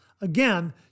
Again